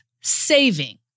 saving